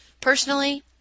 personally